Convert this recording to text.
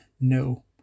no